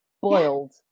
boiled